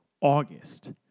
August